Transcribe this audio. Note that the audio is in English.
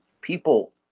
people